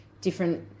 different